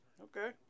Okay